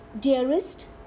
Dearest